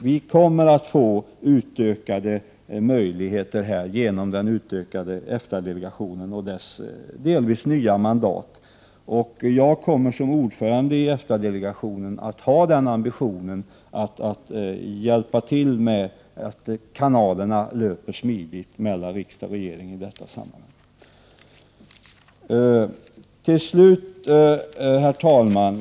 Vi kommer att få utökade möjligheter genom den utökade EFTA-delegationen och dess delvis nya mandat. Jag kommer som ordförande i EFTA-delegationen att ha ambitionen att se till att kanalerna löper smidigt mellan riksdag och regering i detta sammanhang. Herr talman!